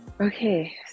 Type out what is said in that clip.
Okay